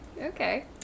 Okay